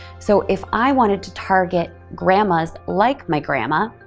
so if i wanted to target grandmas like my grandma,